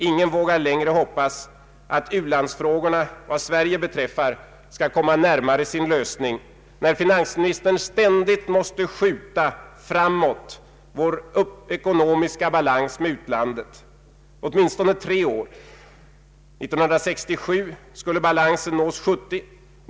Ingen vågar längre hoppas att u-landsfrågorna vad Sverige beträffar kommer närmare sin lösning när finansministern ständigt måste skjuta vår ekonomiska balans med utlandet åtminstone tre år framför sig, trots vad den betyder för u-landsbiståndets tillväxt.